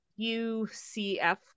UCF